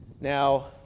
Now